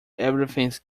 everything’s